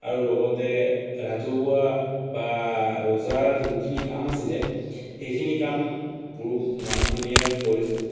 আৰু লগতে ৰাজহুৱা বা ৰজাৰ যোনখিনি কাম আছিলে সেইখিনি কাম পুৰুষ মানুহখিনিয়ে কৰিছিলে